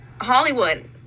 Hollywood